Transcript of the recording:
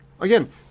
again